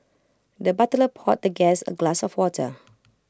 the butler poured the guest A glass of water